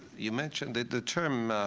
you mentioned that the term